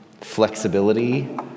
flexibility